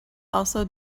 also